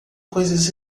coisas